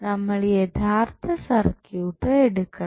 നമ്മൾ യഥാർത്ഥ സർക്യൂട്ട് എടുക്കണം